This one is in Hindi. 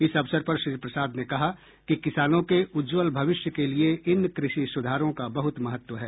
इस अवसर पर श्री प्रसाद ने कहा कि किसानों के उज्ज्वल भविष्य के लिये इन कृषि सुधारों का बहुत महत्व है